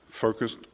focused